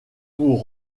pour